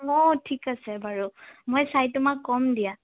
অঁ ঠিক আছে বাৰু মই চাই তোমাক ক'ম দিয়া